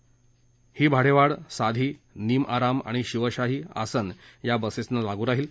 सदर भाडेवाढ साधी निमआराम आणि शिवशाही आसन या बसेसना लागू राहील